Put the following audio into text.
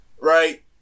right